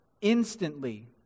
instantly